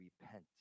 repent